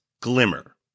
Glimmer